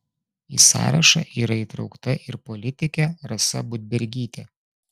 į sąrašą yra įtraukta ir politikė rasa budbergytė